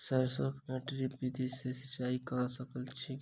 सैरसो मे ड्रिप विधि सँ सिंचाई कऽ सकैत छी की?